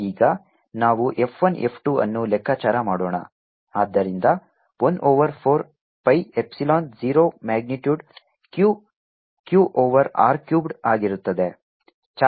F∝ x FQ214π0Q1Q2r3r12 ಈಗ ನಾವು F 1 F 1 ಅನ್ನು ಲೆಕ್ಕಾಚಾರ ಮಾಡೋಣ ಆದ್ದರಿಂದ 1 over 4 pi epsilon 0 magnitude Q q over r cubed ಆಗಿರುತ್ತದೆ